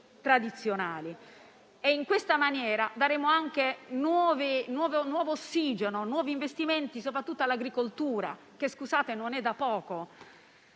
tradizionali. In questa maniera, daremmo anche nuovo ossigeno e nuovi investimenti soprattutto all'agricoltura, che non è risultato da poco.